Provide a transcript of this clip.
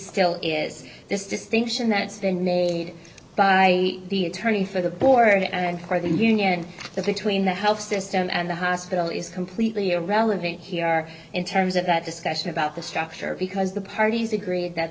still is this distinction that stand made by the attorney for the board and for the union that between the health system and the hospital is completely irrelevant here in terms of that discussion about the structure because the parties agreed that